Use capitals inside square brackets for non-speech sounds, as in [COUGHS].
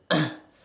[COUGHS]